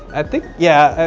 i think, yeah,